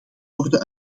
worden